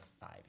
five